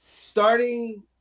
starting